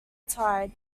tide